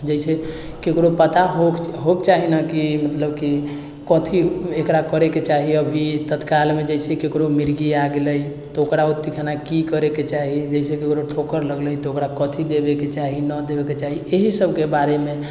जैसे केकरो पता होइके चाही ने कि मतलब कि कथी एकरा करैके चाही अभी तत्कालमे जैसे ककरो मिर्गी आ गेलै तऽ ओकरा ओती खना की करैके चाही जैसे केकरो ठोकर लगलै तऽ ओकरा कथी देवैके चाही नहि देवैके चाही एहि सबके बारेमे